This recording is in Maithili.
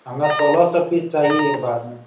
हमरा सोलह सए पीस चाही एक बार मे